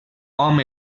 hom